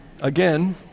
again